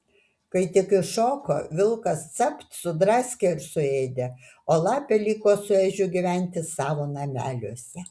kai tik iššoko vilkas capt sudraskė ir suėdė o lapė liko su ežiu gyventi savo nameliuose